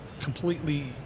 completely